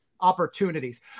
Opportunities